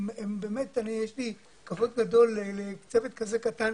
באמת, יש לי כבוד גדול לצוות כזה קטן